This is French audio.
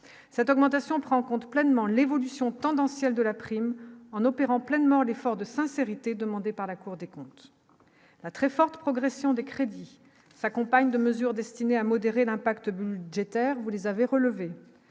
cette augmentation prend en compte pleinement l'évolution tendancielle de la prime en opérant pleinement l'effort de sincérité, demandée par la Cour des comptes, la très forte progression des crédits s'accompagne de mesures destinées à modérer l'impact budgétaire, vous les avez relevé